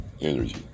energy